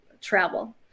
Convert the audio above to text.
travel